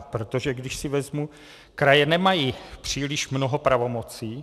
Protože když si vezmu, kraje nemají příliš mnoho pravomocí.